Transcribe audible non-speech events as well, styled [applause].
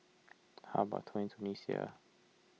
how about [unintelligible] Tunisia